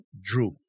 Drew